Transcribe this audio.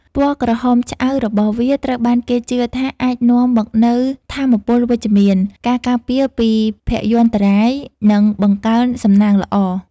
ពណ៌ក្រហមឆ្អៅរបស់វាត្រូវបានគេជឿថាអាចនាំមកនូវថាមពលវិជ្ជមាន ការការពារពីភយន្តរាយ និងបង្កើនសំណាងល្អ។